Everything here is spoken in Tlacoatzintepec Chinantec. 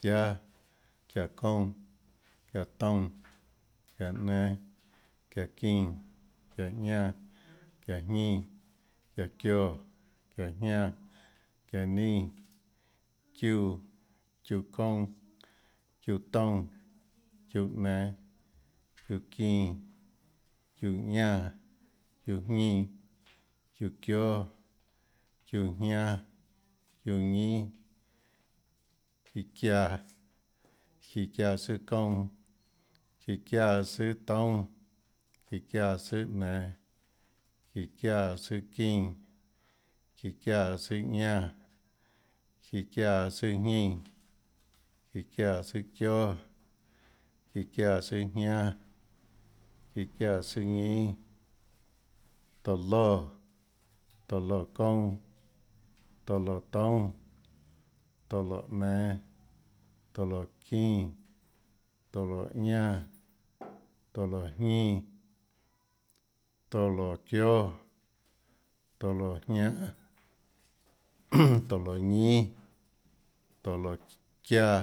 çiáâ, çiáhå kounã, çiáhå toúnâ, çiáhå nen, çiáhå çínã, çiáhå ñánã, çiáhå jñínã, çiáhå çioè, çiáhå jñánã, çiáhå nínã, çiúã, çiúã kounã, çiúã toúnâ, çiúã nenå, çiúã çínã, çiúã ñánã, çiúã jñínã, çiúã çióâ, çiúã jñánâ, çiúã ñínâ, çíã çiáã, çíã çiáã tsùâ kounã, çíã çiáã tsùâ toúnâ, çíã çiáã tsùâ nenå, çíã çiáã tsùâ çínã, çíã çiáã tsùâ ñánã çíã çiáã tsùâ jñínã çíã çiáã tsùâ çióâ, çiáã tsùâjñánâ çíã çiáã tsùâ ñínâ, tóå loè. tóå loè kounã, tóå loè toúnâ, tóå loè nenå, tóå loè çínã, tóå loè ñánã, tóå loè jñínã, tóå loè çióâ. tóå loè jñánâ, tóå loè ñínâ, tóå loè çiáã.